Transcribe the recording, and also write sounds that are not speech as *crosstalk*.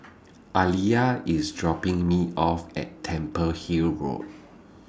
*noise* Aliyah IS dropping Me off At Temple Hill Road